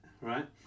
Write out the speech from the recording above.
right